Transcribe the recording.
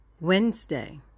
wednesday